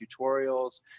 tutorials